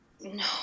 No